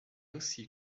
aussi